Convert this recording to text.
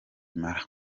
impala